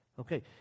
Okay